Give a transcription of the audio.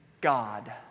God